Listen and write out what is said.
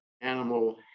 animal